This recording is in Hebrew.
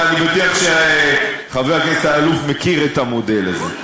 ואני מניח שחבר הכנסת אלאלוף מכיר את המודל הזה.